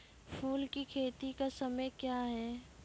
फुल की खेती का समय क्या हैं?